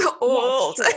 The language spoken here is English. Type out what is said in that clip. old